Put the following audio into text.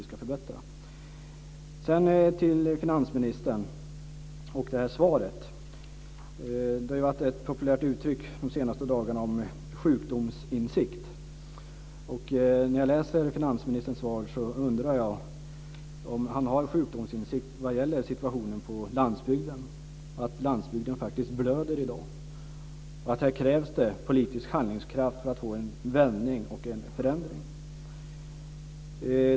Sedan gäller det finansministern och svaret här. Ett populärt uttryck de senaste dagarna har ju uttrycket sjukdomsinsikt varit. Men när jag läser finansministerns svar undrar jag om han har sjukdomsinsikt vad gäller situationen på landsbygden, som faktiskt blöder i dag. Här krävs det politisk handlingskraft för att få en vändning och en förändring.